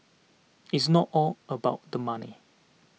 it's not all about the money